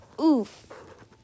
Oof